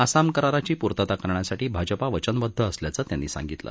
आसाम कराराची पूर्तता करण्यासाठी भाजपा वचनबद्ध असल्याचं त्यांनी सांगितलं